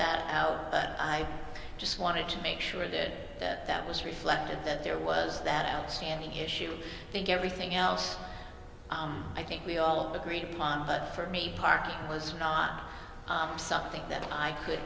that out but i just wanted to make sure that that was reflected that there was that outstanding issue think everything else i think we all agreed upon but for me part was not something that i could